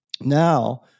now